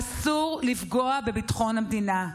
אסור לפגוע בביטחון המדינה.